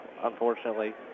Unfortunately